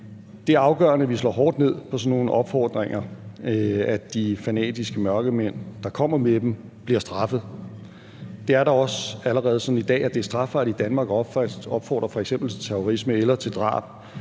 Det er afgørende, at vi slår hårdt ned på sådan nogle opfordringer, og at de fanatiske mørkemænd, der kommer med dem, bliver straffet. Det er da også allerede sådan i dag, at det er strafbart i Danmark at opfordre til f.eks. terrorisme eller til drab.